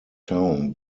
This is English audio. town